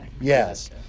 yes